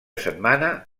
setmana